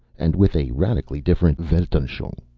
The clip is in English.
and with a radically different weltanschauung.